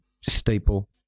staple